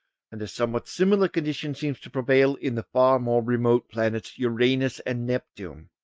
and a somewhat similar condition seems to prevail in the far more remote planets uranus and neptune.